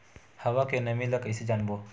हवा के नमी ल कइसे जानबो?